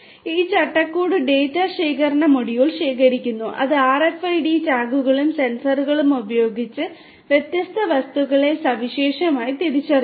ഈ ചട്ടക്കൂട് ഡാറ്റ ശേഖരണ മൊഡ്യൂൾ ശേഖരിക്കുന്നു അത് RFID ടാഗുകളും സെൻസറുകളും ഉപയോഗിച്ച് വ്യത്യസ്ത വസ്തുക്കളെ സവിശേഷമായി തിരിച്ചറിയുന്നു